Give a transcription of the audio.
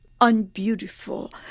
unbeautiful